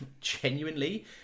genuinely